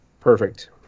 Perfect